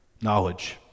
Knowledge